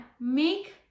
Make